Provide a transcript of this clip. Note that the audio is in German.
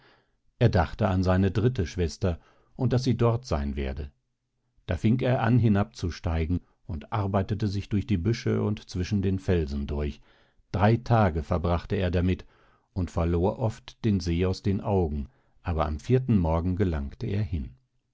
er dachte an seine dritte schwester und daß sie dort seyn werde da fing er an hinabzusteigen und arbeitete sich durch die büsche und zwischen den felsen durch drei tage verbrachte er damit und verlor oft den see aus den augen aber am vierten morgen gelangte er hin